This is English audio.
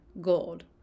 gold